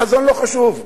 החזון לא חשוב,